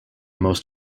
most